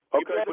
Okay